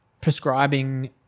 prescribing